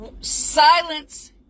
Silence